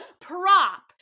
prop